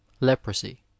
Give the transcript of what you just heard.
leprosy